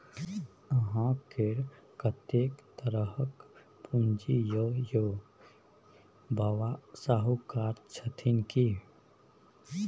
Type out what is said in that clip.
अहाँकेँ कतेक तरहक पूंजी यै यौ? बाबा शाहुकार छथुन की?